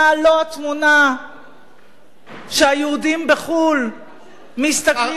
לא התמונה שהיהודים בחו"ל מסתכלים עליה,